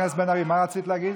נמשיך.